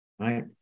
right